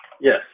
Yes